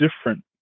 different